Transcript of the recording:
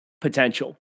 potential